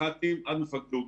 מח"טים עד מפקדי אוגדות.